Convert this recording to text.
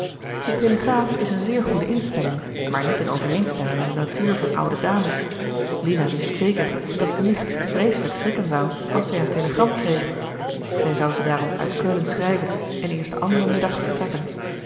de telegraaf is eene zeer goede instelling maar niet in overeenstemming met de natuur van oude dames lina wist zeker dat nicht vreeselijk schrikken zou als zij een telegram kreeg zij zou ze daarom uit keulen schrijven en eerst den anderen middag vertrekken